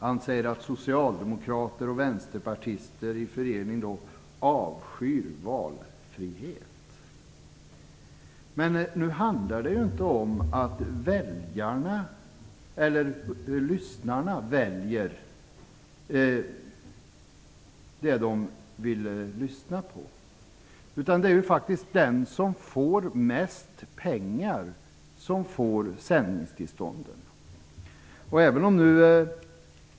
Han säger att socialdemokrater och vänsterpartister avskyr valfrihet. Men nu handlar det inte om att lyssnarna väljer det som de vill lyssna på, utan det är faktiskt den som har mest pengar som får sändningstillståndet.